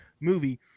movie